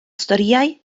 storïau